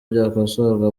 byakosorwa